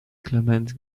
clement